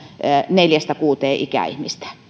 neljästä kuuteen ikäihmistä